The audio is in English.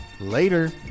later